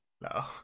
No